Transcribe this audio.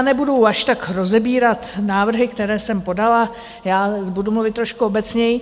Nebudu až tak rozebírat návrhy, které jsem podala já, budu mluvit trošku obecněji.